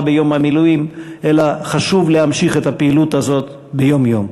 ביום המילואים אלא חשוב להמשיך את הפעילות הזאת ביום-יום.